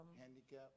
Handicap